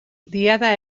diada